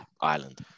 island